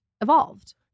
evolved